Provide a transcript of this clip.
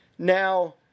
Now